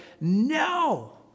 no